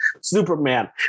superman